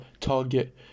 target